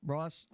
Ross